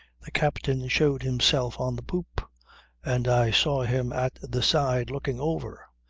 the captain showed himself on the poop and i saw him at the side looking over,